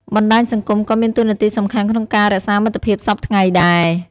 បណ្តាញសង្គមក៏មានតួនាទីសំខាន់ក្នុងការរក្សាមិត្តភាពសព្វថ្ងៃដែរ។